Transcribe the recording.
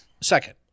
Second